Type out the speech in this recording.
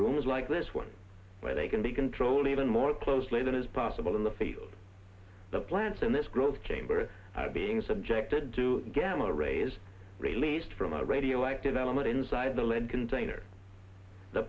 rooms like this one where they can be controlled even more closely than is possible in the field the plants and this growth came for being subjected to gala rays released from a radioactive element inside the lead container the